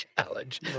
challenge